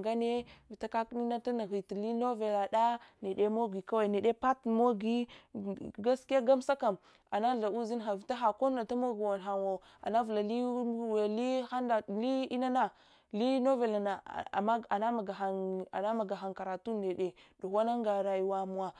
nganne vita kakdene tumugali novellada megi kawai nede part mogi gaskiya gumsakam anatha ushinha vita had konnu t’mog hangwu anavulali hand out li inana li novel nana anamaga hang anamaga hang karatu nde duguwan ungarayuwa mowa.